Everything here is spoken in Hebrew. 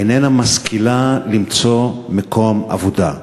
איננה משכילה למצוא מקום עבודה.